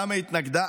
למה היא התנגדה?